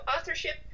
authorship